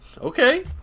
Okay